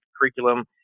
curriculum